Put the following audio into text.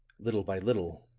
little by little,